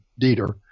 Dieter